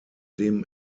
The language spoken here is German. dem